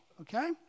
okay